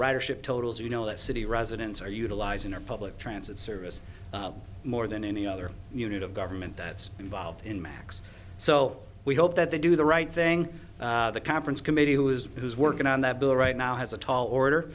max ridership totals you know that city residents are utilizing our public transit service more than any other unit of government that's involved in max so we hope that they do the right thing the conference committee who is who is working on that bill right now has a tall order